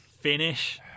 finish